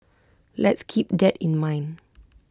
let's keep that in mind